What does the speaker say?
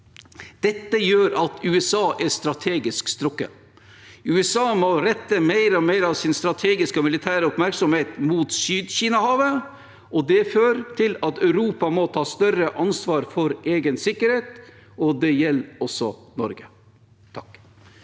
Dette gjør at USA er strategisk strukket. USA må rette mer og mer av sin strategiske og militære oppmerksomhet mot Sør-Kina-havet. Det fører til at Europa må ta større ansvar for egen sikkerhet, og det gjelder også Norge. Marit